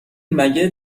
مگه